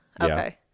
Okay